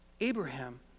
Abraham